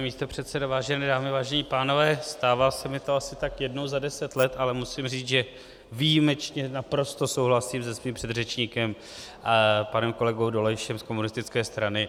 Vážený pane místopředsedo, vážené dámy, vážení pánové, stává se mi to asi tak jednou za deset let, ale musím říct, že výjimečně naprosto souhlasím se svým předřečníkem, panem kolegou Dolejšem z komunistické strany.